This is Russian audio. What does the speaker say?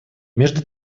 между